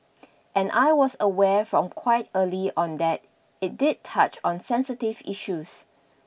and I was aware from quite early on that it did touch on sensitive issues